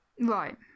Right